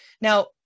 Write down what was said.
Now